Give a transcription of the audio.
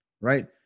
right